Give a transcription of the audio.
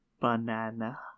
banana